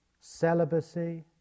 celibacy